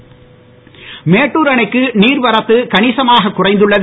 மேட்டுர் மேட்டூர் அணைக்கு நீர்வரத்து கணிசமாக குறைந்துள்ளது